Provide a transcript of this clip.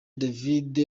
david